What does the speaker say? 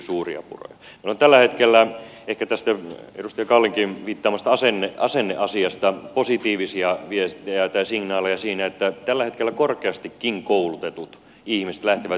meillä on tällä hetkellä ehkä tästä edustaja kallinkin viittaamasta asenneasiasta positiivisia signaaleja siinä että tällä hetkellä korkeastikin koulutetut ihmiset lähtevät yrittäjiksi